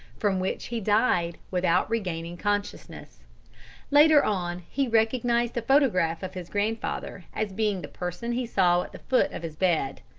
from which he died without regaining consciousness later on he recognized a photograph of his grandfather as being the person he saw at the foot of his bed.